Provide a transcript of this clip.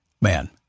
Man